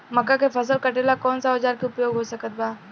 मक्का के फसल कटेला कौन सा औजार के उपयोग हो सकत बा?